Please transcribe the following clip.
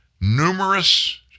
numerous